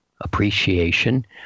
appreciation